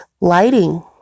lighting